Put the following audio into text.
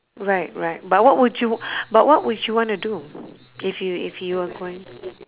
right right but what would you but what would you wanna do if you if you are going